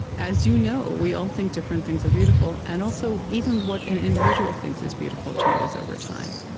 as you know, we all think different things are beautiful. and also, even what an individual thinks is beautiful changes over time.